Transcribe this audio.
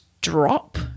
drop